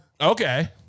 Okay